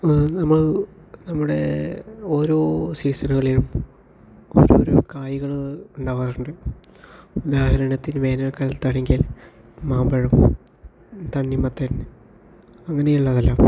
ആ നമ്മള് നമ്മുടെ ഓരോ സീസണുകളിലും ഓരോരോ കായ്കള് ഉണ്ടാവാറുണ്ട് ഉദാഹരണത്തിന് വേനല്ക്കാലത്താണെങ്കിൽ മാമ്പഴം തണ്ണിമത്തൻ അങ്ങനെയുള്ളതെല്ലാം